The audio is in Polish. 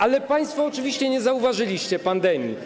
Ale państwo oczywiście nie zauważyliście pandemii.